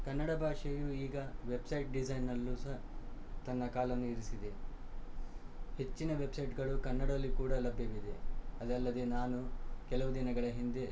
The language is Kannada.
ಕನ್ನಡ ಭಾಷೆಯು ಈಗ ವೆಬ್ಸೈಟ್ ಡಿಝೈನಲ್ಲೂ ಸಹ ತನ್ನ ಕಾಲನ್ನು ಇರಿಸಿದೆ ಹೆಚ್ಚಿನ ವೆಬ್ಸೈಟ್ಗಳು ಕನ್ನಡದಲ್ಲಿ ಕೂಡ ಲಭ್ಯವಿದೆ ಅದಲ್ಲದೆ ನಾನು ಕೆಲವು ದಿನಗಳ ಹಿಂದೆ